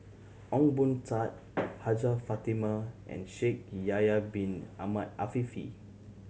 Ong Boon Tat Hajjah Fatimah and Shaikh Yahya Bin Ahmed Afifi